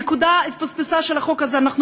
הנקודה של החוק הזה התפספסה.